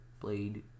played